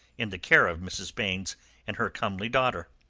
in the care of mrs. baynes and her comely daughter.